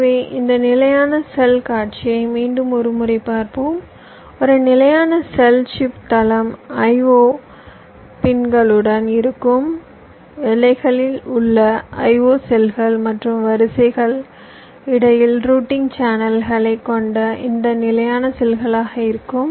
எனவே இந்த நிலையான செல் காட்சியை மீண்டும் ஒரு முறை பார்ப்போம் ஒரு நிலையான செல் சிப் தளம் IO ஊசிகளுடன் இருக்கும் எல்லைகளில் உள்ள IO செல்கள் மற்றும் வரிசைகள் இடையில் ரூட்டிங் சேனல்களைக் கொண்ட இந்த நிலையான செல்களாக இருக்கும்